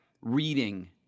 reading